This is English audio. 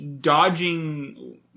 dodging